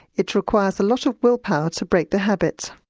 it requires a lot of will power to break the habit.